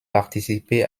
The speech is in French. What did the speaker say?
participé